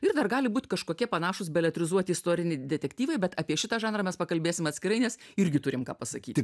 ir dar gali būt kažkokie panašūs beletrizuoti istoriniai detektyvai bet apie šitą žanrą mes pakalbėsim atskirai nes irgi turim ką pasakyti